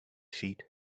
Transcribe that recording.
sheet